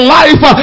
life